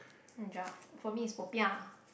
rojak for me is popiah